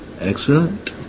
Excellent